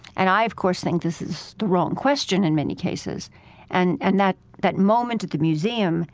and i, of course, think this is the wrong question in many cases and and that that moment at the museum